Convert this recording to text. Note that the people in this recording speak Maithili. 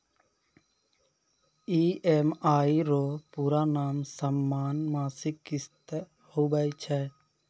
ई.एम.आई रो पूरा नाम समान मासिक किस्त हुवै छै